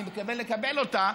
אני מקווה לקבל אותה,